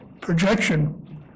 projection